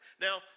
Now